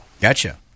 Gotcha